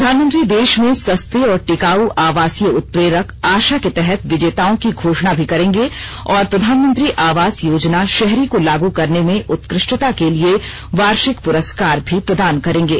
प्रधानमंत्री देश में सस्ते और टिकाऊ आवासीय उत्प्रेरक आशा के तहत विजेताओं की घोषणा भी करेंगे और प्रधानमंत्री आवास योजना शहरी को लागू करने में उत्कृष्टता के लिए वार्षिक पुरस्कार भी प्रदान करेंगे